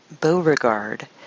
Beauregard